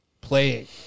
playing